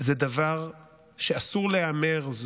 זה דבר שאסור להיאמר,